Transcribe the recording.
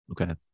Okay